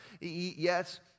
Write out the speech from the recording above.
Yes